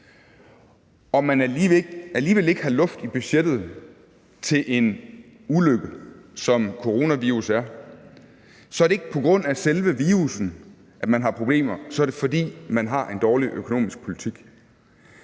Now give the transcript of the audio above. og man alligevel ikke har luft i budgettet til en ulykke, som coronavirus er, så er det ikke på grund af selve virussen, at man har problemer. Så er det, fordi man har en dårlig økonomisk politik.